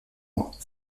mois